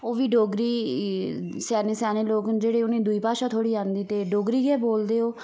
ओह् बी डोगरी स्याने स्याने लोग न जेह्ड़े उनेंगी दूई भाषा थोह्ड़े आंदी ते डोगरी गे बोलदे ओह्